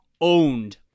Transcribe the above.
owned